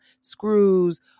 screws